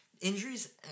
Injuries